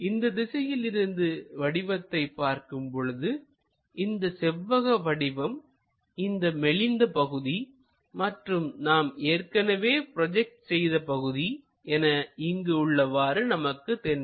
இந்த திசையில் இருந்து வடிவத்தினை பார்க்கும் பொழுது இந்த செவ்வக வடிவம் இந்த மெலிந்த பகுதி மற்றும் நாம் ஏற்கனவே ப்ரோஜெக்ட் செய்த பகுதி என இங்கு உள்ளவாறு நமக்கு தென்படும்